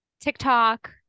tiktok